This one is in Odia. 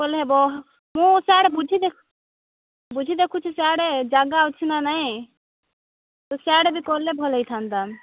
କଲେ ହେବ ମୁଁ ସିଆଡ଼େ ବୁଝିଦେବି ବୁଝି ଦେଖୁଛି ସିଆଡ଼େ ଯାଗା ଅଛି ନା ନାଇଁ ତ ସିଆଡ଼େ ବି କଲେ ଭଲ ହୋଇଥାନ୍ତା